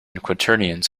quaternions